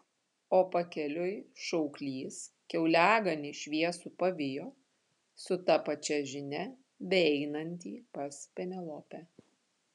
o pakeliui šauklys kiauliaganį šviesų pavijo su ta pačia žinia beeinantį pas penelopę